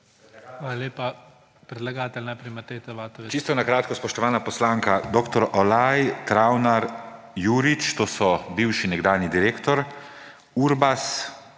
Čisto na kratko, spoštovana poslanka, dr. Olaj, Travner, Jurič – to so bivši, nekdanji direktor, Urbas,